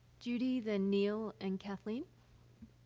judy, then neil and kathleen.